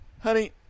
Honey